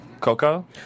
Coco